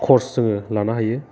course जोङो लानो हायो